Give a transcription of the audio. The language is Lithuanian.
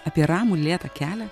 apie ramų lėtą kelią